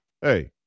hey